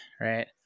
right